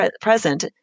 present